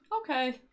Okay